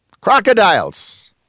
crocodiles